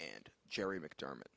and gerry mcdermott